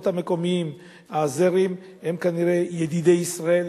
המקומיים האזריים הם כנראה ידידי ישראל,